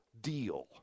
deal